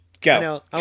go